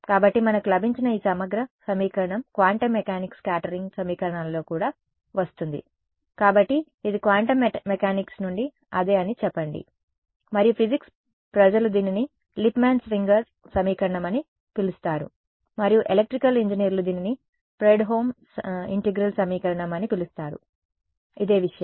కాబట్టి మనకు లభించిన ఈ సమగ్ర సమీకరణం క్వాంటం మెకానిక్స్ స్కాటరింగ్ సమీకరణాలలో కూడా వస్తుంది కాబట్టి ఇది క్వాంటం మెకానిక్స్ నుండి అదే అని చెప్పండి మరియు ఫిజిక్స్ ప్రజలు దీనిని లిప్మాన్ ష్వింగర్ సమీకరణం అని పిలుస్తారు మరియు ఎలక్ట్రికల్ ఇంజనీర్లు దీనిని ఫ్రెడ్హోమ్ సమగ్ర సమీకరణం అని పిలుస్తారు ఇదే విషయం